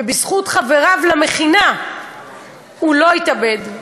בזכות חבריו למכינה הוא לא התאבד,